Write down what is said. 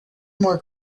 more